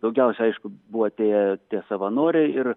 daugiausia aišku buvo atėję tie savanoriai ir